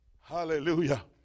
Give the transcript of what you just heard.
Hallelujah